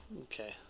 Okay